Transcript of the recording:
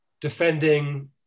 defending